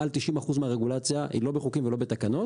מעל 90 אחוז מהרגולציה היא לא בחוקים ולא בתקנות,